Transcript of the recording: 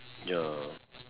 ya